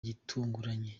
gitunguranye